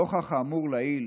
נוכח האמור לעיל,